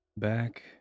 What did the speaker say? back